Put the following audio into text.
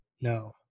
no